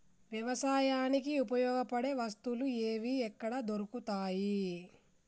వ్యవసాయానికి ఉపయోగపడే వస్తువులు ఏవి ఎక్కడ దొరుకుతాయి?